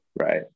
right